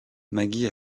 maggie